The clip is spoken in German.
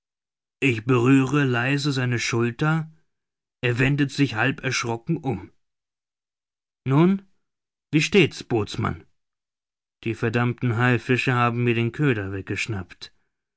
ich berühre leise seine schulter er wendet sich halb erschrocken um nun wie steht's bootsmann die verdammten haifische haben mir den köder weggeschnappt